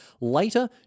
Later